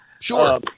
Sure